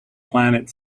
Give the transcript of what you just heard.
planet